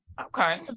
Okay